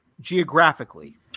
geographically